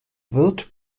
wird